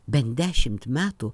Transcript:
bent dešimt metų